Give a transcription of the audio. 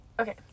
Okay